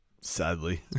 sadly